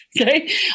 Okay